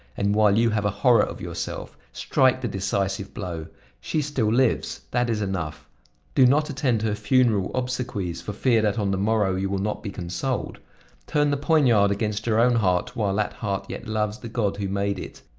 and while you have a horror of yourself, strike the decisive blow she still lives that is enough do not attend her funeral obsequies for fear that on the morrow you will not be consoled turn the poignard against your own heart while that heart yet loves the god who made it.